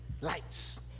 Lights